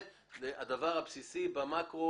זה הדבר הבסיסי במקרו,